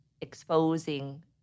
exposing